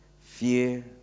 Fear